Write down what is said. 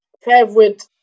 favorite